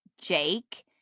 Jake